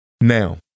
Now